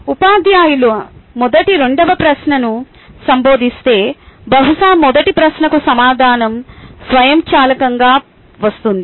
ఉపాధ్యాయులు మొదట రెండవ ప్రశ్నను సంబోధిస్తే బహుశా మొదటి ప్రశ్నకు సమాధానం స్వయంచాలకంగా వస్తుంది